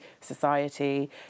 society